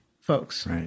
folks